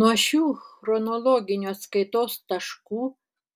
nuo šių chronologinių atskaitos taškų